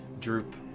Droop